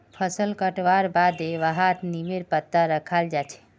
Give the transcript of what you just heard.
फसल कटवार बादे वहात् नीमेर पत्ता रखाल् जा छे